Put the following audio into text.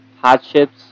hardships